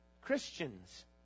Christians